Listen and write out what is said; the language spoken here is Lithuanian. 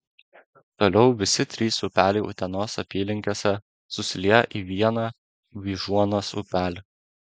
toliau visi trys upeliai utenos apylinkėse susilieja į vieną vyžuonos upelį